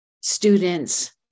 students